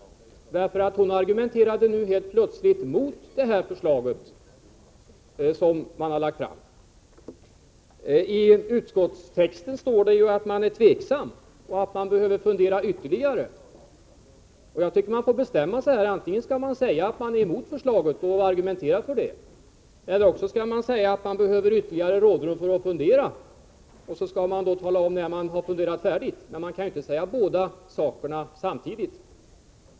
Hon argumenterade helt plötsligt mot det framlagda förslaget. I utskottstexten står ju att man är tveksam och behöver fundera ytterligare. Man får bestämma sig: Antingen skall man säga att man är emot förslaget och argumentera för det eller också säga att man behöver ytterligare rådrum för att fundera. Sedan skall man tala om när man kan tänkas ha funderat färdigt. Men man kan inte säga dessa båda saker samtidigt.